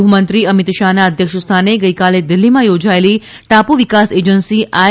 ગૃહમંત્રી અમિત શાહના અધ્યક્ષસ્થાને ગઇકાલે દિલ્હીમાં યોજાયેલી ટાપુ વિકાસ એજન્સી આઇ